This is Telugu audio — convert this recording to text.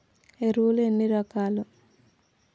ఎరువులు ఎన్ని రకాలు?